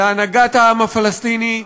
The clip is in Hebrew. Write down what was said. להנהגת העם הפלסטיני,